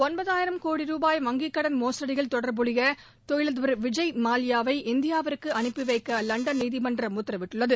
ஒன்பதாயிரம் கோடி ரூபாய் வங்கிக்கடன் மோசடியில் தொடர்புடைய தொழிலதிபர் விஜய் மல்லையாவை இந்தியாவிற்கு அனுப்பி வைக்க லண்டன் நீதிமன்றம் உத்தரவிட்டுள்ளது